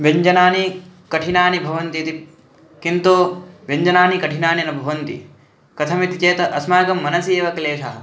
व्यञ्जनानि कठिनानि भवन्ति इति किन्तु व्यञ्जनानि कठिनानि न भवन्ति कथमिति चेत् अस्माकं मनसि एव क्लेशः